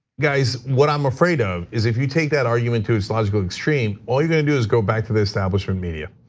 guys, what i'm afraid of is if you take that argument to its logical extreme, all you're gonna do is go back to the establishment media.